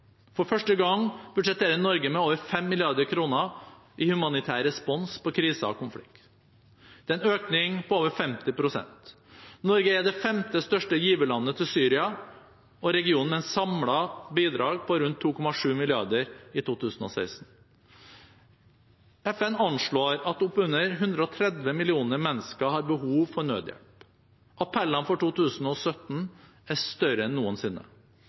For første gang budsjetterer Norge med over 5 mrd. kr i humanitær respons på kriser og konflikt. Det er en økning på over 50 pst. Norge er det femte største giverlandet til Syria og regionen, med et samlet bidrag på rundt 2,7 mrd. kr i 2016. FN anslår at oppunder 130 millioner mennesker har behov for nødhjelp. Appellen for 2017 er større enn noensinne.